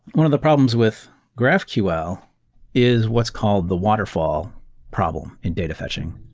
one of the problems with graphql is what's called the waterfall problem in data fetching.